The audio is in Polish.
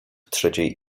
trzeciej